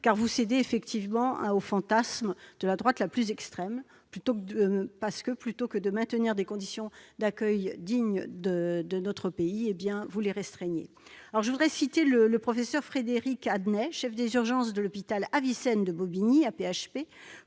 car vous cédez aux fantasmes de la droite la plus extrême : plutôt que de maintenir des conditions d'accueil dignes de notre pays, vous les restreignez. Le professeur Frédéric Adnet, chef des urgences de l'hôpital Avicenne de Bobigny, qui